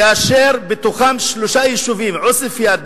כאשר בתוכם שלושה יישובים: עוספיא,